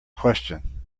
question